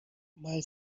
mal